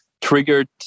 Triggered